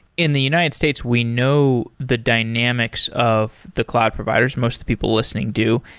in the united states, we know the dynamics of the cloud providers. most of the people listening do.